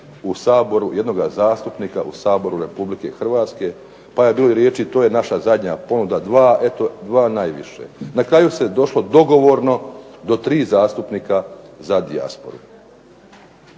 u Saboru, jednoga zastupnika u Saboru Republike Hrvatske, pa je bilo riječi to je naša zadnja ponuda, dva, eto dva najviše. Na kraju se došlo dogovorno do tri zastupnika za dijasporu.